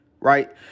right